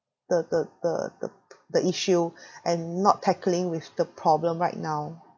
the the the the the issue and not tackling with the problem right now